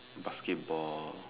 basketball